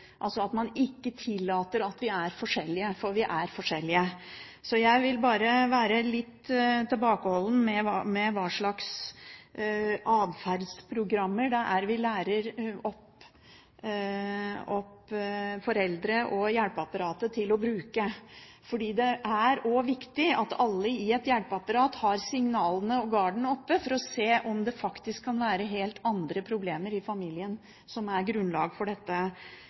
altså at vi ikke tillater at vi er forskjellige – for vi er forskjellige. Jeg vil bare være litt tilbakeholden med hva slags atferdsprogrammer vi lærer opp foreldre og hjelpeapparat til å bruke, for det er også viktig at alle i et hjelpeapparat tar signalene og har garden oppe for å se om det faktisk kan være helt andre problemer i familien som er grunnlag for